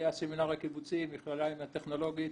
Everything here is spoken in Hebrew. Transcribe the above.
היה סמינר הקיבוצים, מכללה עם הטכנולוגית.